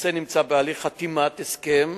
הנושא נמצא בהליך חתימת הסכם